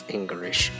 English